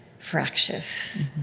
fractious.